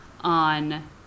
on